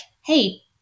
hey